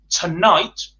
tonight